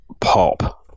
pop